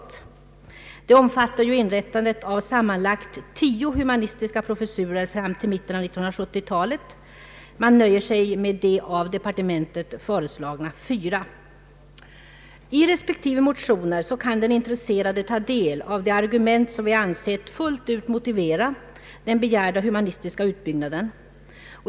Detta förslag omfattar ju inrättandet av sammanlagt tio humanistiska professurer fram till mitten av 1970-talet, men utskottet nöjer sig med de av departementet föreslagna fyra professurerna. I respektive motioner kan den intresserade ta del av de argument som vi ansett fullt ut motivera den begärda humanistiska utbyggnaden.